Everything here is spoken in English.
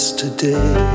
today